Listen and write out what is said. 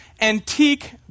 antique